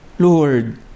Lord